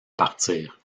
partir